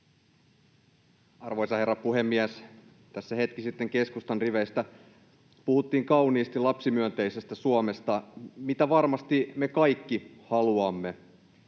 Arvoisa herra puhemies! Tässä hetki sitten keskustan riveistä puhuttiin kauniisti lapsimyönteisestä Suomesta, mitä varmasti me kaikki haluamme.